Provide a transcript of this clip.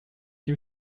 you